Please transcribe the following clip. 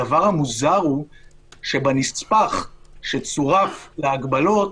הדבר המוזר הוא שבנספח שצורף להגבלות